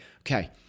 okay